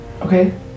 Okay